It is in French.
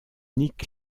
nick